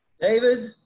David